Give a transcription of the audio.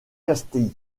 castille